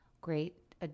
Great